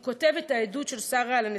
הוא כתב את העדות של שרה על הנסיעה.